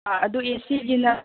ꯑꯗꯨ ꯑꯦ ꯁꯤꯒꯤꯅ